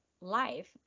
life